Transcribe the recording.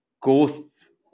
ghosts